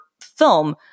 film